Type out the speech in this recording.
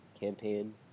campaign